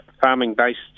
farming-based